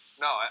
No